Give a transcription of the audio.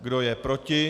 Kdo je proti?